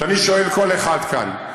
כשאני שואל כל אחד כאן,